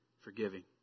forgiving